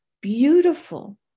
beautiful